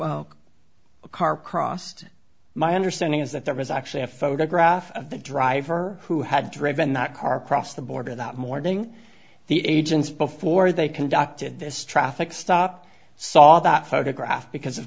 crossed my understanding is that there was actually a photograph of the driver who had driven that car crossed the border that morning the agents before they conducted this traffic stop saw that photograph because of